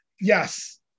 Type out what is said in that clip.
Yes